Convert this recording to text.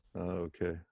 Okay